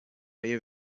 های